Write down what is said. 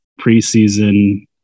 preseason